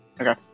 Okay